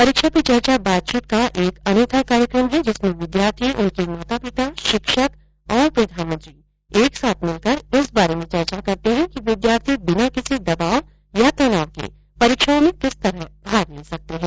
परीक्षा पे चर्चा बातचीत का एक अनूठा कार्यक्रम है जिसमें विद्यार्थी उनके माता पिता शिक्षक और प्रधानमंत्री एक साथ मिलकर इस बारे में चर्चा करते हैं कि विद्यार्थी बिना किसी दबाव या तनाव के परीक्षाओं में किस तरह भाग ले सकते हैं